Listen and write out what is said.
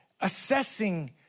assessing